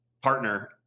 partner